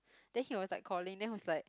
then he was like calling then was like